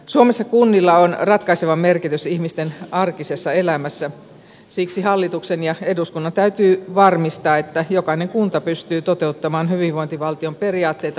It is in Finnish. suomessa kunnilla on ratkaiseva merkitys ihmisten arkisessa elämässä siksi hallituksen ja eduskunnan täytyy varmistaa että jokainen kunta pystyy toteuttamaan hyvinvointivaltion periaatteita myös tulevaisuudessa